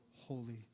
holy